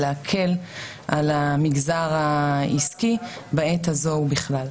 להקל על המגזר העסקי בעת הזו ובכלל.